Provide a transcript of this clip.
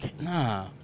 Nah